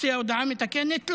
הוציאה הודעה מתקנת?